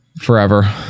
forever